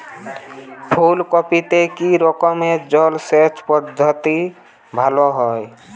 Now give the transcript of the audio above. ফুলকপিতে কি রকমের জলসেচ পদ্ধতি ভালো হয়?